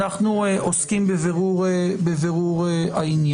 אנחנו עוסקים בבירור העניין.